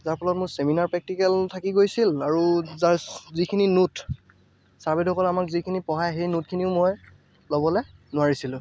তাৰ ফলত মোৰ চেমিনাৰ প্ৰেক্টিকেল থাকি গৈছিল আৰু যাৰ যিখিনি নোট ছাৰ বাইদেউসকলে আমাক যিখিনি পঢ়াই সেই নোটখিনিও মই লব'লে নোৱাৰিছিলোঁ